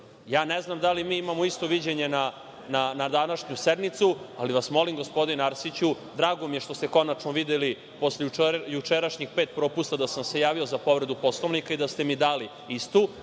reda. Ne znam da li imamo isto viđenje na današnju sednicu. Molim vas gospodine Arsiću, drago mi je što smo se konačno videli, posle jučerašnjih pet popusta da sam se javio za povredu Poslovnika i da ste mi dali istu,